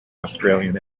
australian